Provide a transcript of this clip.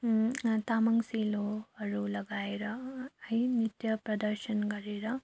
तामाङ सेलोहरू लगाएर है नृत्य प्रदर्शन गरेर